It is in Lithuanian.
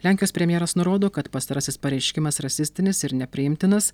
lenkijos premjeras nurodo kad pastarasis pareiškimas rasistinis ir nepriimtinas